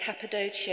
Cappadocia